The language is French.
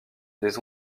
des